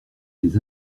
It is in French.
des